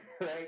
right